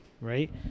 right